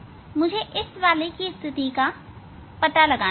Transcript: मुझे इस वाले की स्थिति का पता लगाना होगा